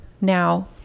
Now